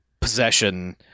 possession